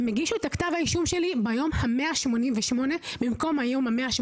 הם הגישו כתב האישום שלי ביום ה-188 במקום ביום ה-180.